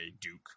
duke